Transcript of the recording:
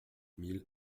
mille